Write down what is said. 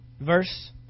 verse